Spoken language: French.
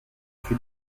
fut